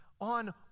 on